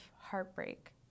heartbreak